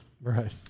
right